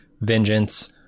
vengeance